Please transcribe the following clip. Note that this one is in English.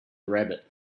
rabbit